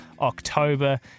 October